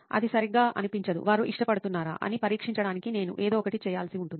అది సరిగ్గా అనిపించదు వారు ఇష్టపడుతున్నారా అని పరీక్షించడానికి నేను ఏదో ఒకటి చేయాల్సి ఉంటుంది